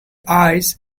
eyes